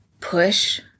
push